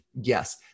Yes